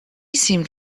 seemed